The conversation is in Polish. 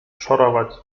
szorować